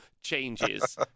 changes